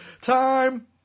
Time